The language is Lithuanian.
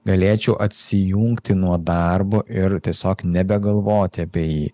galėčiau atsijungti nuo darbo ir tiesiog nebegalvoti apie jį